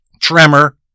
tremor